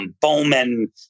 Bowman